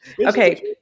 Okay